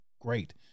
great